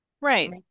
Right